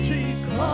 Jesus